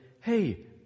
hey